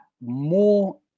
more